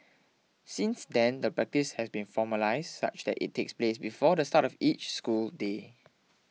since then the practice has been formalised such that it takes place before the start of each school day